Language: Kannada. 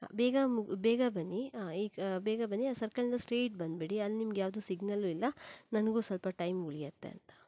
ಬೇಗ ಬೇಗ ಬನ್ನಿ ಈ ಬೇಗ ಬನ್ನಿ ಆ ಸರ್ಕಲಿಂದ ಸ್ಟ್ರೇಟ್ ಬಂದ್ಬಿಡಿ ಅಲ್ಲಿ ನಿಮಗೆ ಯಾವದೂ ಸಿಗ್ನಲ್ಲೂ ಇಲ್ಲ ನನಗೂ ಸ್ವಲ್ಪ ಟೈಮ್ ಉಳಿಯತ್ತೆ ಅಂತ